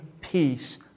peace